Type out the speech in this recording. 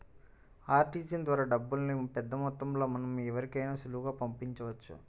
RTGS ద్వారా డబ్బుల్ని పెద్దమొత్తంలో మనం ఎవరికైనా సులువుగా పంపించవచ్చు